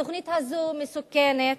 התוכנית הזאת מסוכנת,